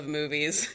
movies